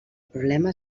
problema